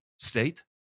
state